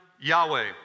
Yahweh